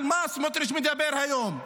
על מה סמוטריץ' מדבר היום?